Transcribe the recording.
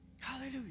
Hallelujah